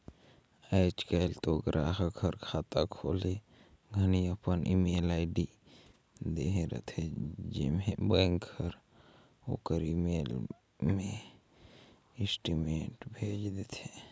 आयज कायल तो गराहक हर खाता खोले घनी अपन ईमेल आईडी देहे रथे जेम्हें बेंक हर ओखर ईमेल मे स्टेटमेंट भेज देथे